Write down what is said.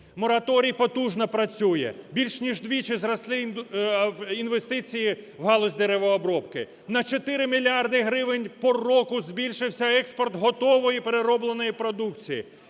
Мораторій потужно працює. Більш ніж вдвічі зросли інвестиції в галузь деревообробки. На 4 мільярда гривень по року збільшився експорт готової переробленої продукції,